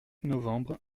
novembre